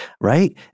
right